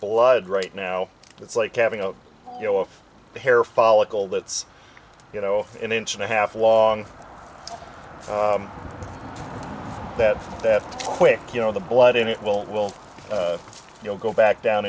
blood right now it's like having a you know if the hair follicle that's you know an inch and a half long that that quick you know the blood in it will will you know go back down